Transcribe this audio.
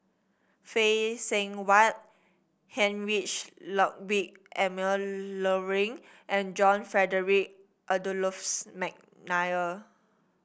Phay Seng Whatt Heinrich Ludwig Emil Luering and John Frederick Adolphus McNair